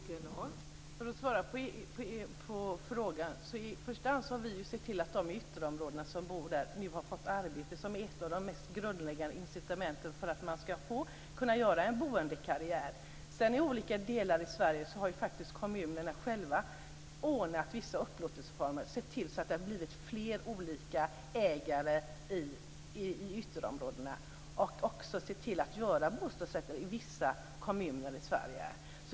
Fru talman! För att svara på frågan kan jag säga att vi i första hand har sett till att de i ytterområdena nu fått ett arbete som är ett av de mest grundläggande incitamenten för att man ska kunna göra en boendekarriär. I olika delar av Sverige har faktiskt kommunerna själva ordnat vissa upplåtelseformer och sett till att det har blivit fler olika ägare i ytterområdena och också sett till att bilda bostadsrätter i vissa kommuner.